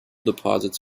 deposits